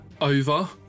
over